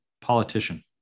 Politician